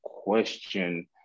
question